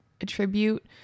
attribute